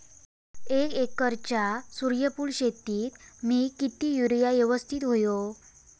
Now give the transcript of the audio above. एक एकरच्या सूर्यफुल शेतीत मी किती युरिया यवस्तित व्हयो?